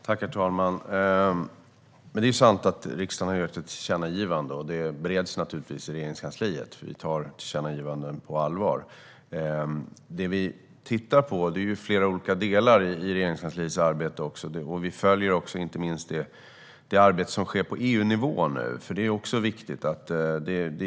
Herr talman! Det är sant att riksdagen har gett ett tillkännagivande. Det bereds naturligtvis i Regeringskansliet. Vi tar tillkännagivanden på allvar. Regeringskansliets arbete är indelat i flera olika delar. Vi följer inte minst det arbete som nu sker på EU-nivå. Det är också viktigt.